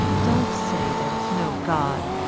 don't say there is no god.